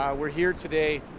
we're here today